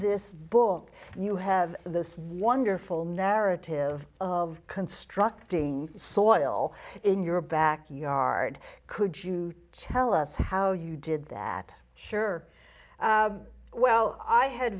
this book you have this wonderful narrative of constructing soil in your backyard could you tell us how you did that sure well i had